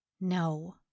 No